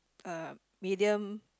a medium